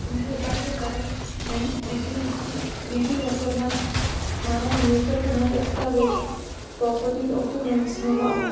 મહેરબાની કરીને ડિજિ લો ડિજિલોકરમાંથી મારા મિલકતના દસ્તાવેજો પ્રોપ્રટી ડોક્યુમેન્ટસને લાવો